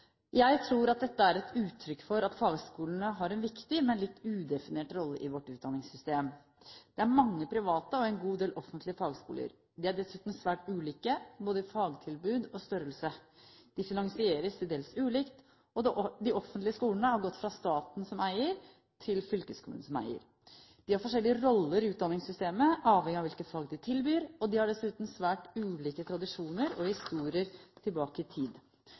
Jeg tror at dette er et uttrykk for at fagskolene har en viktig, men litt udefinert rolle i vårt utdanningssystem. Det er mange private og en god del offentlige fagskoler. De er dessuten svært ulike, både i fagtilbud og størrelse. De finansieres til dels ulikt, og de offentlige skolene har gått fra staten som eier, til fylkeskommunen som eier. De har forskjellige roller i utdanningssystemet avhengig av hvilke fag de tilbyr, og de har dessuten svært ulike tradisjoner og historier tilbake i tid.